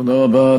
תודה רבה.